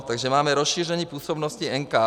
Takže máme rozšíření působnosti NKÚ.